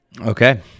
Okay